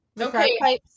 okay